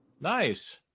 Nice